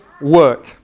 work